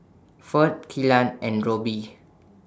Ferd Killian and Roby